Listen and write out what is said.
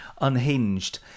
Unhinged